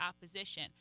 opposition